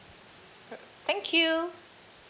mm thank you